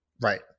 Right